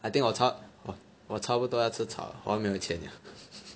I think 我差我差不多要吃草 liao 好像没有钱 liao